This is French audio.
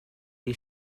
est